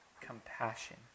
compassion